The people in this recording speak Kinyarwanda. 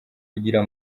kugira